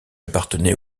appartenait